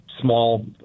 small